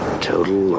Total